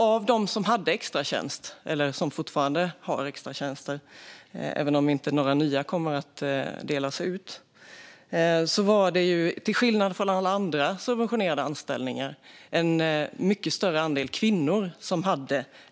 Av dem som hade eller fortfarande har en extratjänst - några nya kommer ju inte att delas ut - var en mycket större andel kvinnor, till skillnad från alla andra subventionerade anställningar.